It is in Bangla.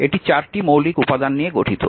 এটি চারটি মৌলিক উপাদান নিয়ে গঠিত